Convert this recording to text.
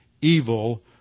evil